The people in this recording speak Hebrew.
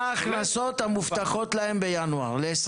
ועדת הכלכלה): מהן ההכנסות המובטחות להם בינואר ל-23'?